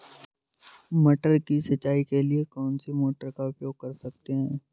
मटर की सिंचाई के लिए कौन सी मोटर का उपयोग कर सकते हैं?